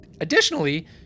Additionally